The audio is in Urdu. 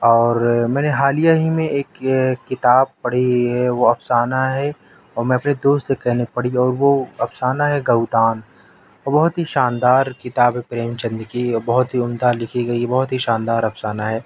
اور میں نے حالیہ ہی میں ایک کتاب پڑھی ہے وہ افسانہ ہے اور اپنے دوست سے کہنی پڑی اور وہ افسانہ ہے گئودان وہ بہت ہی شاندار کتاب ہے پریم چند کی اور بہت ہی عمدہ لکھی گئی بہت ہی شاندار افسانہ ہے